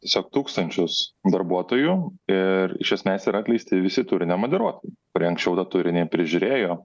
tiesiog tūkstančius darbuotojų ir iš esmės yra atleisti visi turi nemoderuoti kurie anksčiau tą turinį prižiūrėjo